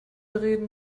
reden